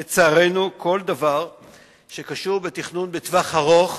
לצערנו, בכל דבר שקשור בתכנון לטווח הארוך